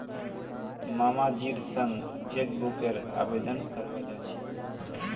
मामाजीर संग चेकबुकेर आवेदन करवा जा छि